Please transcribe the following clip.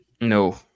No